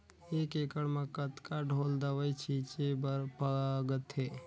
एक एकड़ म कतका ढोल दवई छीचे बर लगथे?